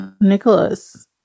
Nicholas